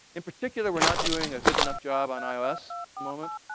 in particular, we're not doing a good enough job on ios at the moment,